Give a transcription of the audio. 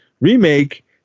remake